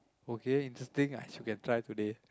okay interesting I should can try today